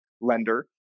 lender